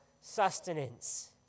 sustenance